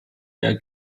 der